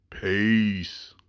Peace